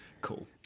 cool